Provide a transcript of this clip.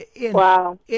Wow